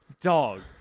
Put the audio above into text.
Dog